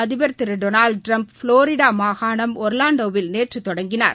அதிபர் Thiru Donald Trump Florida மாகாணம் ஒர்லாண்டோவில் நேற்று தொடங்கினார்